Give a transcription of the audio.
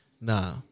Nah